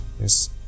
yes